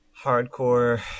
hardcore